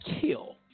kill